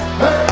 hey